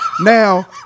Now